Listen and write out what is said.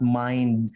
mind